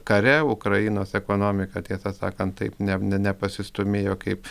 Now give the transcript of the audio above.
kare ukrainos ekonomiką tiesą sakant taip ne nepasistūmėjo kaip